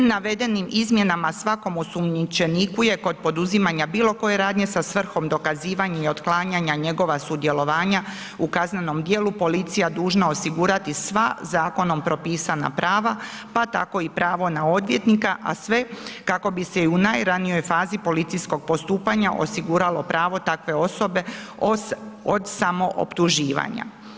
Navedenim izmjenama svakom osumnjičeniku je kod poduzimanja bilo koje radnje sa svrhom dokazivanja i otklanjanja njegova sudjelovanja u kaznenom djelu policija dužna osigurati sva zakonom propisana prava, pa tako i pravo na odvjetnika, a sve kako bi se i u najranijoj fazi policijskog postupanja osiguralo pravo takve osobe od samooptuživanja.